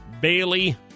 Bailey